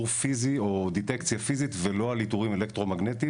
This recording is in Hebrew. פיזי או דיטקציה פיזית ולא על איתורים אלקטרו-מגנטיים.